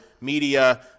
Media